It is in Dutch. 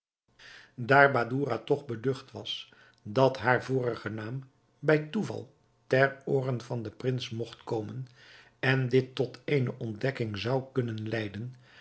daar badoura toch beducht was dat haar vorige naam bij toeval ter ooren van den prins mogt komen en dit tot eene ontdekking zou kunnen leiden